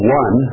one